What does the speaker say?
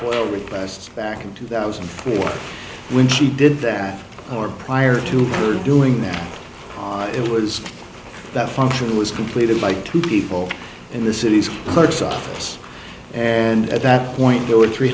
well requests back in two thousand and four when she did that or prior to her doing that it was that function was completed by two people in the city's purchase office and at that point there were three